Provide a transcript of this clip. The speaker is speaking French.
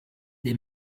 des